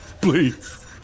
please